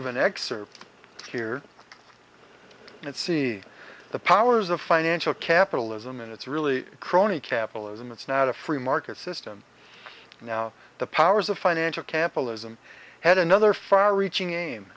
of an excerpt here and it see the powers of financial capitalism and it's really crony capitalism it's not a free market system now the powers of financial capitalism had another far reaching